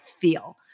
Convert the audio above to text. feel